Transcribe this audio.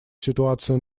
ситуацию